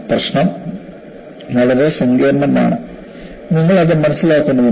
പ്രശ്നം വളരെ സങ്കീർണ്ണമാണ് നിങ്ങൾ അത് മനസ്സിലാക്കേണ്ടതുണ്ട്